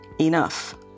enough